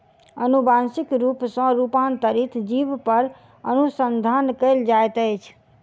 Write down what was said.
अनुवांशिक रूप सॅ रूपांतरित जीव पर अनुसंधान कयल जाइत अछि